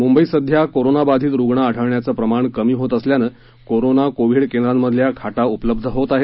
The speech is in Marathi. मुंबईत सध्या कोरोनाबाधित रुग्ण आढळण्याचं प्रमाण कमी होत असल्यानं कोरोना कोविड केंद्रांमधल्या खाटा उपलब्ध होत आहेत